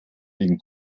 den